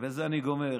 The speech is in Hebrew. ובזה אני גומר.